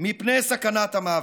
מפני סכנת המוות.